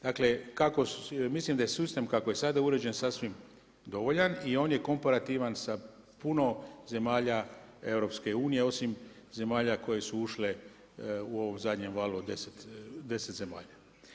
Dakle, kako, mislim da je sistem kako je sada uređen sasvim dovoljan i on je komparativan sa puno zemalja EU, osim zemalja koje su ušle u ovom zadnjem valu od 10 zemalja.